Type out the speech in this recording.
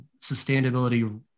sustainability